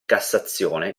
cassazione